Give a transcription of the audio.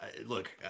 look